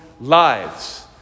lives